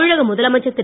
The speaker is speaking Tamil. தமிழக முதலமைச்சர் திரு